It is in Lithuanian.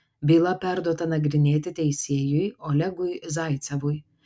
byla perduota nagrinėti teisėjui olegui zaicevui